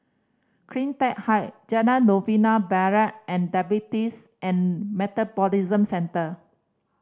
Cleantech Height Jalan Novena Barat and Diabetes and Metabolism Centre